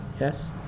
Yes